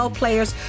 players